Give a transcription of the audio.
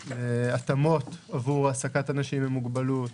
התאמות עבור העסקת אנשים עם מוגבלות.